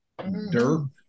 Derp